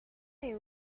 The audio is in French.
est